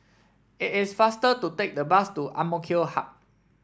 it is faster to take the bus to AMK Hub